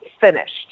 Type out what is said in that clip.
finished